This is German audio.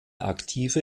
aktive